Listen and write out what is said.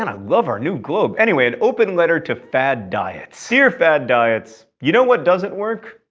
and i love our new globe! anyway, an open letter to fad diets. dear fad diets, you know what doesn't work?